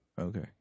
Okay